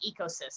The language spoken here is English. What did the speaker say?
ecosystem